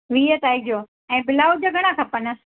वीह तारीख़ जो ऐं ब्लाउज़ घणा खपनि